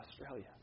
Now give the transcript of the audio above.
Australia